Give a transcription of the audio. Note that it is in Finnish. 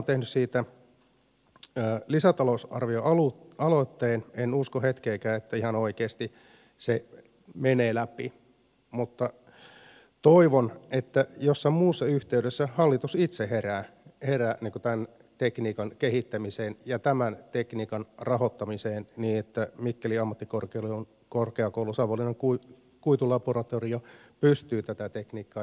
vaikka minä olen tehnyt siitä lisätalousarvioaloitteen en usko hetkeäkään että se ihan oikeasti menee läpi mutta toivon että jossain muussa yhteydessä hallitus itse herää tämän tekniikan kehittämiseen ja tämän tekniikan rahoittamiseen niin että mikkelin ammattikorkeakoulun savonlinnan kuitulaboratorio pystyy tätä tekniikkaa jatkossakin kehittämään